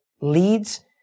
leads